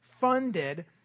funded